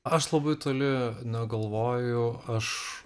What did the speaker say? aš labai toli na galvoju aš